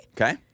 Okay